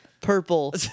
Purple